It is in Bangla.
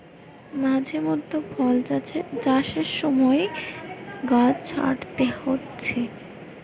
মাঝে মধ্যে ফল চাষের সময় গাছ ছাঁটতে হচ্ছে